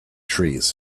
trees